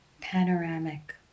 panoramic